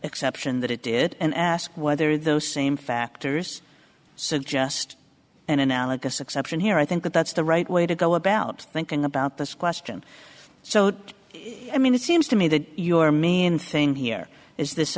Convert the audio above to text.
exception that it did and ask whether those same factors suggest an analogous exception here i think that's the right way to go about thinking about this question so i mean it seems to me that your main thing here is this